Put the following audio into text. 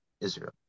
Israel